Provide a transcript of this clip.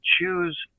choose